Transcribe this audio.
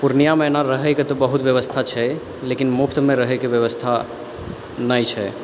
पूर्णियामे एना रहैके तऽ बहुत बेबस्था छै लेकिन मुफ्तमे रहैके बेबस्था नहि छै